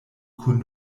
kun